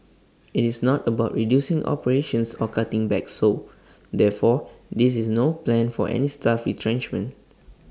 IT is not about reducing operations or cutting back so therefore there is no plan for any staff retrenchments